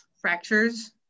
fractures